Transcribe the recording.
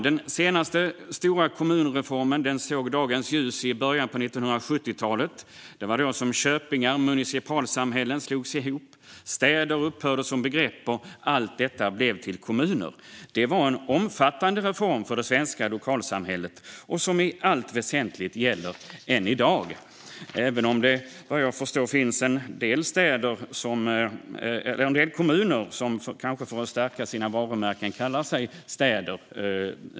Den senaste stora kommunreformen såg dagens ljus i början av 1970-talet. Det var då köpingar och municipalsamhällen slogs ihop, städer upphörde som begrepp och allt detta blev till kommuner. Det var en omfattande reform för det svenska lokalsamhället som i allt väsentligt gäller än i dag, även om det vad jag förstår finns en del kommuner som, kanske för att stärka sina varumärken, kallar sig städer.